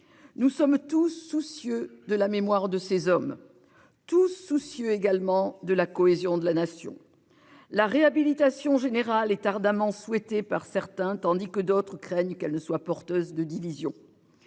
Nous sommes tous soucieux de la mémoire de ces hommes tous soucieux également de la cohésion de la nation. La réhabilitation générale est ardemment souhaitée par certains tandis que d'autres craignent qu'elle ne soit porteuse de divisions.